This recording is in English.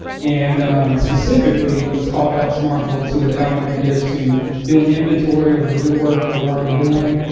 and specifically was called out in smart goal to the element is to do an inventory of the good work that we are already doing,